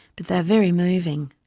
but they are very moving.